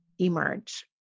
emerge